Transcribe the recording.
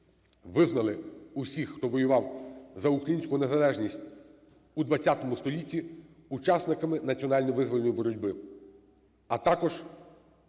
визнали всіх, хто воював за українську незалежність у ХХ столітті, учасниками національно-визвольної боротьби, а також